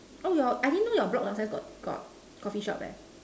oh your I didn't know your block down stair got Coffee shop